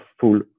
full